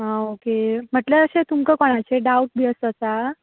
आं ओके म्हटल्यार अशें तुमकां कोणाचेर डावट बी असो आसा